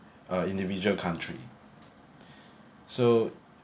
uh individual country so